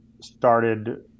started